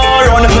run